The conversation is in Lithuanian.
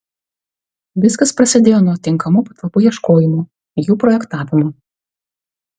viskas prasidėjo nuo tinkamų patalpų ieškojimo jų projektavimo